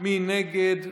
מי נגד?